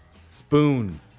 Spoon